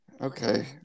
Okay